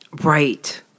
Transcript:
right